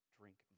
drink